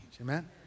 Amen